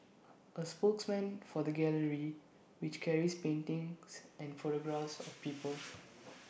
A spokesman for the gallery which carries paintings and photographs of people